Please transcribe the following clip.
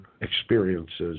experiences